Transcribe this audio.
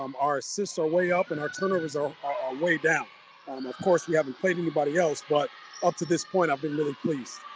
um our assists are way up and our turnovers are are way down um of course we haven't played anybody else but up to this point i've been really pleased.